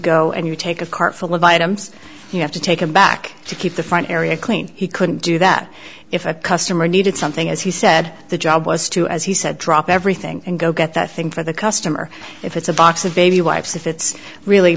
go and you take a cart full of items you have to take him back to keep the front area clean he couldn't do that if a customer needed something as he said the job was to as he said drop everything and go get the thing for the customer if it's a box of baby wipes if it's really